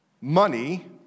money